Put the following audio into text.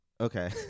Okay